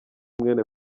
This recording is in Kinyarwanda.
mwene